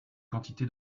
quantité